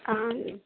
ಆಂ